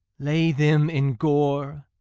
lay them in gore,